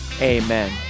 amen